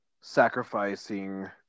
sacrificing